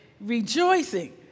rejoicing